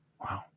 Wow